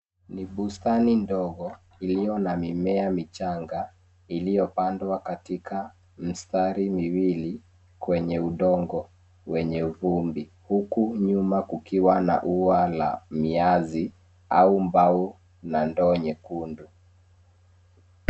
Ni bustani ndogo ilio na mimea michanga ilio pandwa katika mstari miwili kwenye udongo, wenye uvumbi. Huku nyuma kukiwa na uwa la miazi au mbau na ndo nyekundu.